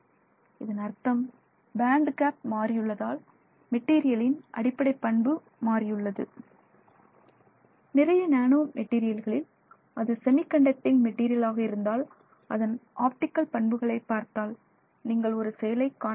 இதன் அர்த்தம் band gap மாறியுள்ளதால் மெட்டீரியல் இன் அடிப்படைப் பண்பு மாறியுள்ளது நிறைய நானா மெட்டீரியல்களில் அது செமி கண்டக்டிங் மெட்டீரியல் ஆக இருந்தால் அதன் ஆப்டிகல் பண்புகளை பார்த்தால் நீங்கள் ஒரு செயலை காண்பீர்கள்